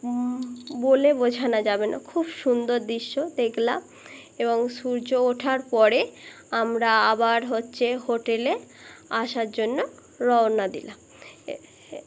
বলে বোঝানো যাবে না খুব সুন্দর দৃশ্য দেখলাম এবং সূর্য ওঠার পরে আমরা আবার হচ্ছে হোটেলে আসার জন্য রওনা দিলাম